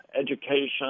education